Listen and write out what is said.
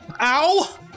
Ow